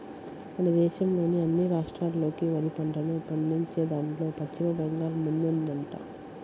మన దేశంలోని అన్ని రాష్ట్రాల్లోకి వరి పంటను పండించేదాన్లో పశ్చిమ బెంగాల్ ముందుందంట